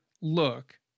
look